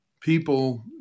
people